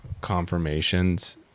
confirmations